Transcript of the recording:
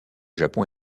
japon